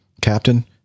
Captain